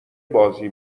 بازی